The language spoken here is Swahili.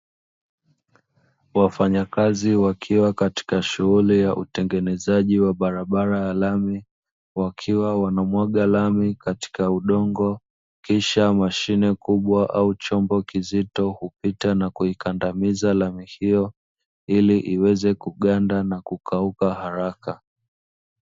Wafanyakazi wakiwa katika shughuli ya utengenezaji wa barabara ya lami. Wakiwa wanamwaga lami katika udongo, kisha mashine kubwa au chombo kizito hupita na kuikandamiza lami hiyo, ili iweze kuganda na kukauka haraka.